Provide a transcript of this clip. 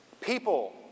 People